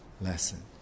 lesson